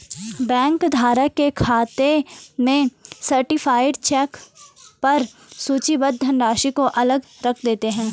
bank धारक के खाते में सर्टीफाइड चेक पर सूचीबद्ध धनराशि को अलग रख देते हैं